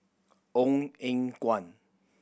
Ong Eng Guan